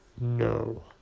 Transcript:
No